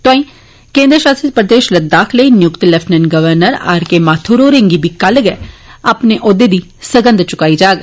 तोआई केंद्र शासित प्रदेश लद्दाख लेई नियुक्त lieutenant governor R K Mathur होरें गी बी कल गै अपने औह्दे दी सगंघ चुकाई जाग